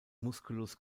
musculus